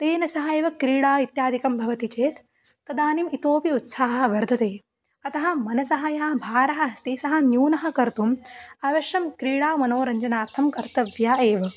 तेन सह एव क्रीडा इत्यादिकं भवति चेत् तदानीम् इतोऽपि उत्साहः वर्धते अतः मनसः यः भारः अस्ति सः न्यूनः कर्तुम् अवश्यं क्रीडामनोरञ्जनार्थं कर्तव्या एव